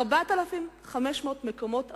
4,500 מקומות עבודה,